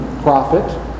profit